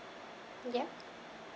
yup